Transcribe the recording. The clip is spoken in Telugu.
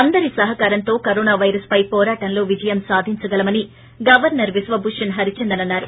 అందరి సహకారంతో కరోనా పైరస్పై పోరాటంలో విజయం సాధించగలమని గవర్సర్ బిశ్వభూషన్ హరిచందన్ అన్నారు